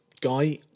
guy